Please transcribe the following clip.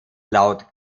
laut